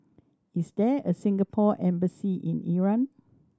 is there a Singapore Embassy in Iran